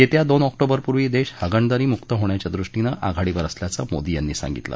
येत्या दोन ऑक्टोबरपूर्वी देश हगणदारी मुक्त होण्याच्या दृष्टीनं आघाडीवर असल्याचं मोदी यांनी सांगितलं